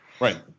Right